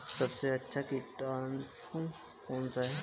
सबसे अच्छा कीटनाशक कौन सा है?